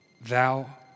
thou